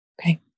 Okay